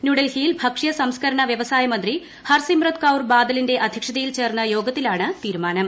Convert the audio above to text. ന്യൂഡൽഹിയിൽ ഭക്ഷ്യ സംസ്ക്കരണ വ്യവസായ മന്ത്രി ഹർസിമ്രത് കൌർ ബാദലിന്റെ അദ്ധ്യക്ഷതയിൽ ചേർന്ന യോഗത്തിലാണ് തീരുമാനം